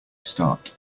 start